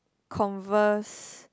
converse